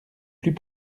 plus